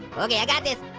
okay, i got this.